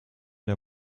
der